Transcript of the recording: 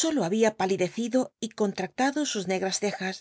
solo babia palidecido y contraclado sus negras cejas